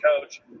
coach